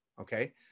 Okay